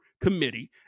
committee